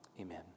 Amen